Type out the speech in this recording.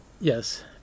Yes